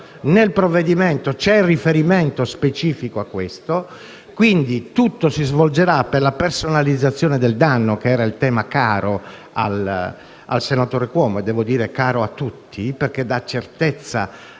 Nel provvedimento c'è il riferimento specifico a detto aspetto e, quindi, tutto si svolgerà per la personalizzazione del danno, che è il tema caro al senatore Cuomo e - devo dire - a tutti, perché dà certezza